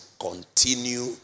Continue